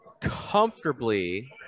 comfortably